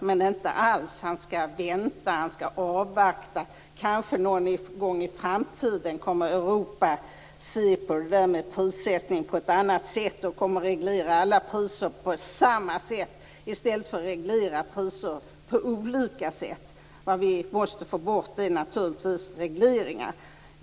Men inte alls, utan han skall avvakta att Europa kanske någon gång i framtiden kommer att se på det där med prissättning på ett annat sätt och kommer att reglera alla priser på samma sätt i stället för att reglera priser på olika sätt. Vad vi måste få bort är naturligtvis regleringarna.